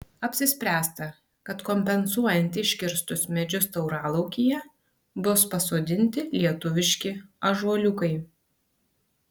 apsispręsta kad kompensuojant iškirstus medžius tauralaukyje bus pasodinti lietuviški ąžuoliukai